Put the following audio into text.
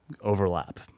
overlap